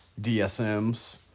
DSMs